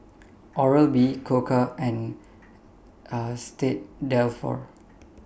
Oral B Koka and S T Dalfour